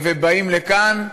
באים לכאן,